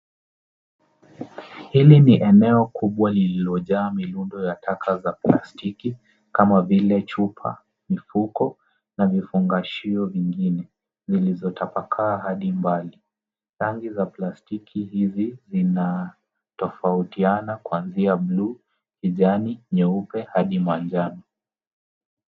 Hili ni eneo kubwa liliojaa mirundo ya taka za plastiki kama vile chupa, mifuko na vifungashio vingine vilivyotapakaa hadi mbali. Rangi za plastiki hizi zinatofautiana kuanzia bluu, kijani, nyeupe hadi manjano.